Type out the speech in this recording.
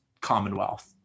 Commonwealth